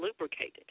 lubricated